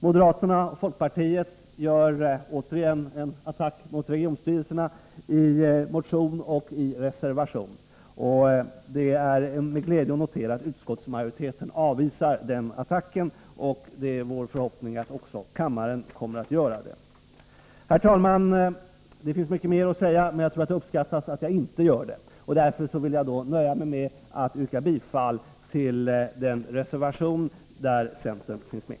Moderaterna och folkpartiet gör återigen en attack mot regionstyrelserna i motioner och en reservation. Det är med glädje vi noterar att utskottsmajoriteten avvisar denna attack, och det är vår förhoppning att också kammaren kommer att göra det. Herr talman! Det finns mycket mer att säga, men jag tror att det uppskattas att jag inte gör det. Därför vill jag nöja mig med att yrka bifall till den reservation där centern finns med.